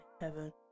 heaven